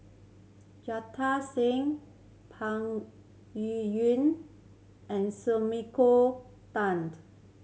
Jita Singh Peng Yuyun and Sumiko Tan